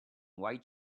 white